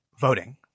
Voting